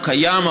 הוא קיים,